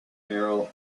merle